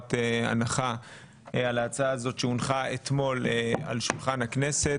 מחובת הנחה על ההצעה הזו שהונחה אתמול על שולחן הכנסת.